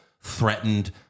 threatened